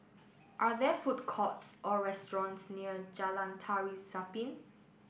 are there food courts or restaurants near Jalan Tari Zapin